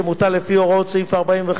שמוטל לפי הוראות סעיף 45